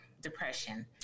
depression